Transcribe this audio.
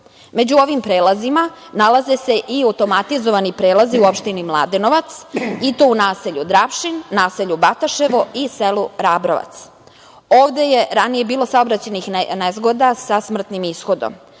Među ovim prelazima nalaze se i automatizovani prelazi u opštini Mladenovac, i to u naselju Drapšin, naselju Bataševo i selu Rabrovac. Ovde je ranije bilo saobraćajnih nezgoda sa smrtnim ishodom.